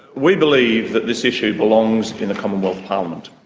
we believe that this issue belongs in the commonwealth parliament.